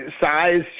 Size